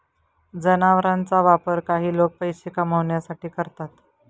जनावरांचा वापर काही लोक पैसे कमावण्यासाठी करतात